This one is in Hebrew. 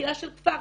קהילה של כפר,